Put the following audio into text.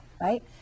right